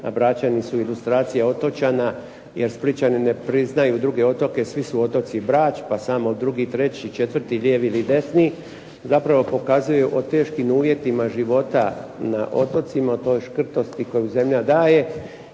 a Bračani su ilustracija otočana jer Splićani ne priznaju druge otoke, svi su otoci Brač pa samo drugi, treći, četvrti, lijevi ili desni, zapravo pokazuje o teškim uvjetima života na otocima. O toj škrtosti koju zemlja daje